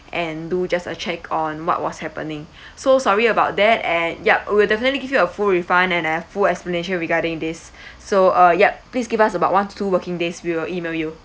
and do just a check on what was happening so sorry about that and yup we will definitely give you a full refund and a full explanation regarding this so uh yup please give us about one to two working days we will email you